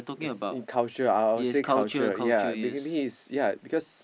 it's in culture I would say culture ya beginning is ya because